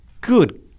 Good